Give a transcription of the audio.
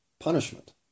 Punishment